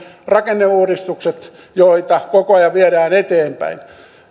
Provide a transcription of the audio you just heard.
rakenneuudistukset joita koko ajan viedään eteenpäin